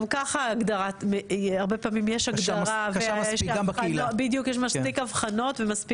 גם ככה הרבה פעמים יש הגדרה ויש מספיק הבחנות,